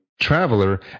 traveler